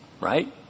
right